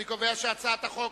אני קובע שהצעת חוק